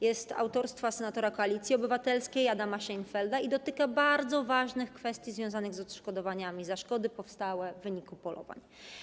Jest autorstwa senatora Koalicji Obywatelskiej Adama Szejnfelda i dotyka bardzo ważnych kwestii związanych z odszkodowaniami za szkody powstałe w wyniku polowań.